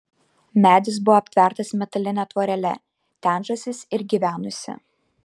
medis buvo aptvertas metaline tvorele ten žąsis ir gyvenusi